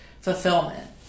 fulfillment